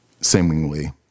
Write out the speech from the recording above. seemingly